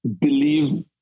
believe